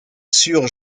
sur